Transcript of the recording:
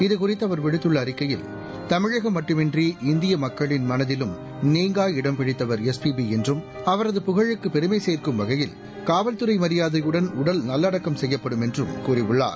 இதுகுறித்து அவர் விடுத்துள்ள அறிக்கையில் தமிழகம் மட்டுமின்றி இந்திய மக்களின் மனதிலும் நீங்கா இடம் பிடித்தவர் எஸ்பிபி என்றும் அவரது புகழுக்கு பெருமை சேர்க்கும் வகையில் காவல்துறை மரியாதையுடன் உடல் நல்லடக்கம் செய்யப்படும் என்றும் கூறியுள்ளார்